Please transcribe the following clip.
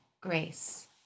Grace